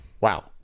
Wow